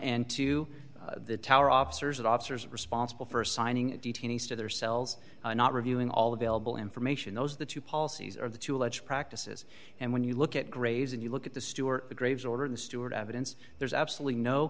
and to the tower officers and officers responsible for assigning detainees to their cells not reviewing all available information those are the two policies are the two alleged practices and when you look at grays and you look at the stewart graves order the stewart evidence there's absolutely no